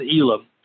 Elam